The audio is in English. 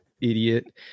Idiot